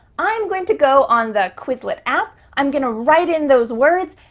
i'm going to go on the quizlet app. i'm gonna write in those words,